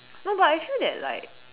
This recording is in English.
no but I feel that like